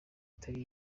itari